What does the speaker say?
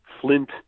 Flint